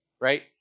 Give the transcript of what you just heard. right